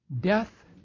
Death